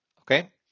Okay